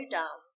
down